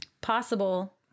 possible